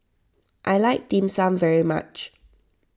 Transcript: I like Dim Sum very much